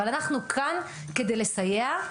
אבל אנחנו כאן כדי לסייע,